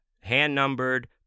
hand-numbered